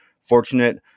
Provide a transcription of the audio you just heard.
fortunate